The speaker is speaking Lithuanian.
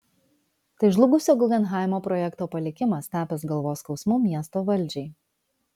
tai žlugusio guggenheimo projekto palikimas tapęs galvos skausmu miesto valdžiai